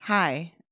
Hi